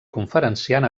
conferenciant